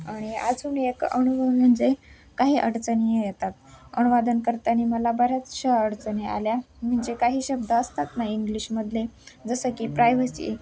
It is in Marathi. आणि अजून एक अनुभव म्हणजे काही अडचणी या येतात अनुवादन करताना मला बऱ्याचशा अडचणी आल्या म्हणजे काही शब्द असतात ना इंग्लिशमधले जसं की प्रायव्हसी